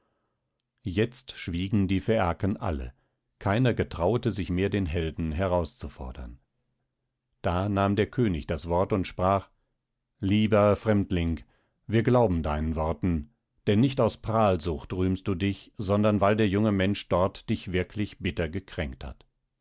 jetzt schwiegen die phäaken alle keiner getrauete sich mehr den helden herauszufordern da nahm der könig das wort und sprach lieber fremdling wir glauben deinen worten denn nicht aus prahlsucht rühmst du dich sondern weil der junge mensch dort dich wirklich bitter gekränkt hat